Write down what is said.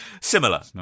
Similar